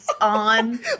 on